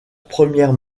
première